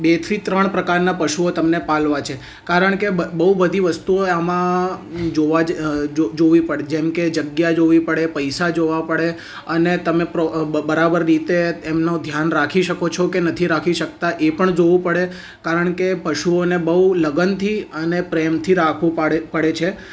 બે થી ત્રણ પ્રકારના પશુઓ તમને પાળવા છે કારણ કે બહુ બધી વસ્તુઓ આમાં જોવા જ જોવી પડે જેમ કે જગ્યા જોવી પડે પૈસા જોવા પડે અને તમે પ્રો બરાબર રીતે એમનો ધ્યાન રાખી શકો છો કે નથી રાખી શકતા એ પણ જોવું પડે કારણ કે પશુઓને બહુ લગનથી અને પ્રેમથી રાખવું પાડે પડે છે